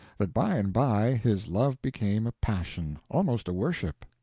that by and by his love became a passion, almost a worship.